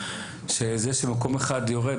זה שמקום אחד יורד,